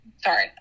sorry